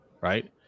right